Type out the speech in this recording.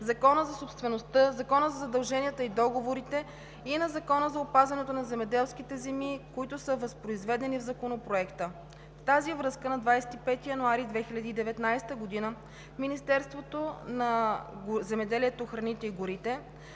Закона за собствеността, Закона за задълженията и договорите и на Закона за опазването на земеделските земи, които са възпроизведени в Законопроекта. В тази връзка на 25 януари 2019 г. в Министерството на земеделието, храните и горите